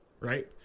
right